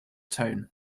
tone